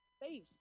face